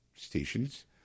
Stations